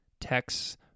texts